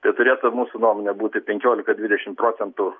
tai turėtų mūsų nuomone būti penkiolika dvidešim procentų